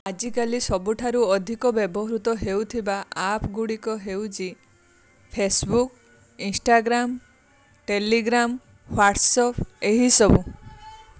ଆଜିକାଲି ସବୁଠାରୁ ଅଧିକ ବ୍ୟବହୃତ ହେଉଥିବା ଆପ୍ ଗୁଡ଼ିକ ହେଉଛି ଫେସବୁକ୍ ଇନଷ୍ଟାଗ୍ରାମ୍ ଟେଲିଗ୍ରାମ୍ ହ୍ୱାଟସ୍ଆପ୍ ଏହିସବୁ